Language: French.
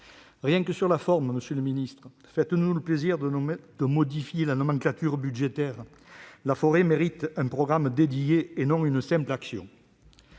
que sur la forme, monsieur le ministre, faites-nous plaisir et modifiez la nomenclature budgétaire ! La forêt mérite un programme dédié, et non une simple action.